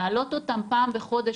להעלות אותם פעם בחודש,